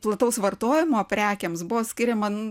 plataus vartojimo prekėms buvo skiriama